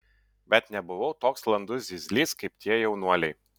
bet nebuvau toks landus zyzlys kaip tie jaunuoliai